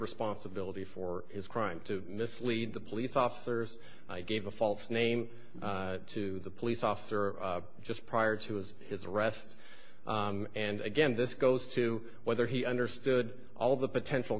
responsibility for his crime to mislead the police officers i gave a false name to the police officer just prior to his his arrest and again this goes to whether he understood all the potential